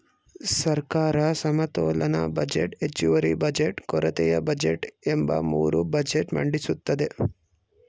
ಸರ್ಕಾರ ಸಮತೋಲನ ಬಜೆಟ್, ಹೆಚ್ಚುವರಿ ಬಜೆಟ್, ಕೊರತೆಯ ಬಜೆಟ್ ಎಂಬ ಮೂರು ಬಜೆಟ್ ಮಂಡಿಸುತ್ತದೆ